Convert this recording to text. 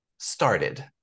started